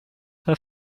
her